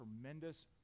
tremendous